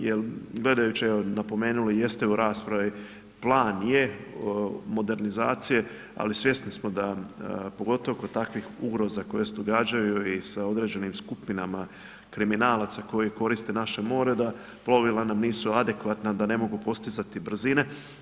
Jer gledajući evo napomenuli jeste u raspravi, plan je modernizacije ali svjesni smo da pogotovo kod takvih ugroza koje se događaju i sa određenim skupinama kriminalaca koji koriste naše more da plovila nam nisu adekvatna da ne mogu postizati brzine.